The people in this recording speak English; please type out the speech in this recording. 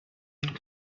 had